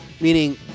meaning